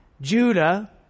Judah